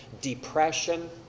depression